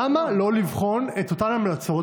למה לא לבחון את אותן המלצות?